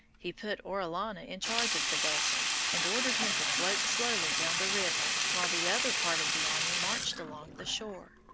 he put orellana in charge of the vessel, and ordered him to float slowly down the river while the other part of the army marched along the shore.